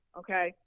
okay